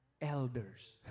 elders